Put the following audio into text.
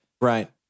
Right